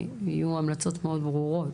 יהיו המלצות מאוד ברורות.